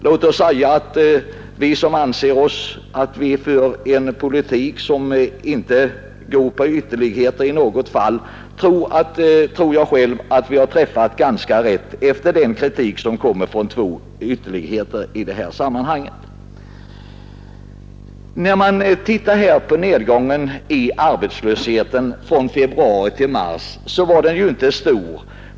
Eftersom vi anser oss föra en politik som inte går till ytterligheter i något fall, tror jag själv att vi har träffat ganska rätt att döma av den kritik som har kommit från två ytterlighetsriktningar i det här sammanhanget. Nedgången i arbetslösheten från februari till mars var inte stor.